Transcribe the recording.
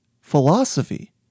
philosophy